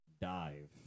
dive